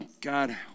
God